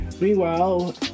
Meanwhile